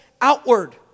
outward